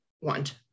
want